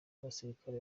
abasirikare